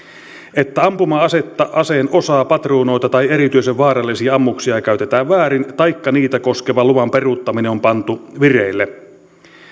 että ampuma asetta aseen osaa patruunoita tai erityisen vaarallisia ammuksia käytetään väärin taikka niitä koskeva luvan peruuttaminen on pantu vireille